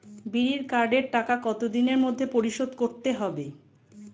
বিড়ির কার্ডের টাকা কত দিনের মধ্যে পরিশোধ করতে হবে?